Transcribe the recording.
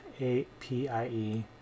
A-P-I-E